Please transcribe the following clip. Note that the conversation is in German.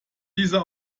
dieser